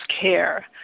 care